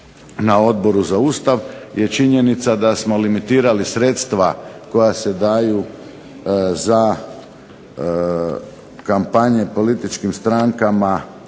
na Odboru za Ustav je činjenica da smo limitirali sredstva koja se daju za kampanje političkim strankama